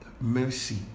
mercy